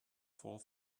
fall